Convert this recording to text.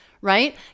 right